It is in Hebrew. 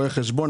רואה חשבון,